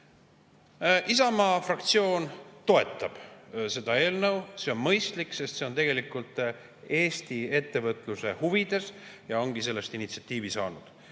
Isamaa fraktsioon toetab seda eelnõu. See on mõistlik, sest see on tegelikult Eesti ettevõtluse huvides ja ongi sellest initsiatiivi saanud.